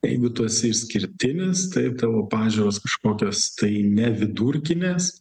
jeigu tu esi išskirtinis taip tavo pažiūros kažkokios tai ne vidurkinės